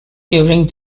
during